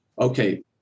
Okay